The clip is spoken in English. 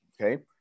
okay